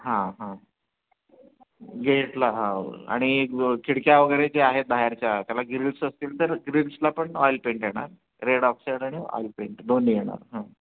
हां हां गेटला हाव आणि ब खिडक्या वगैरे ज्या आहेत बाहेरच्या त्याला ग्रील्स असतील तर ग्रिल्सला पण ऑइल पेंट येणार रेड ऑक्साईड आणि ऑइलपेंट दोन्ही येणार